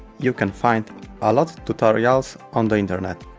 you can find a lot tutorials on the internet